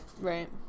Right